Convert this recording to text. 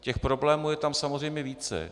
Těch problémů je tam samozřejmě více.